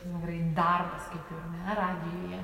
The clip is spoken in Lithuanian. nu gerai darbas kaip ir ne radijuje